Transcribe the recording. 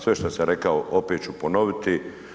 Sve što sam rekao opet ću ponoviti.